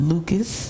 Lucas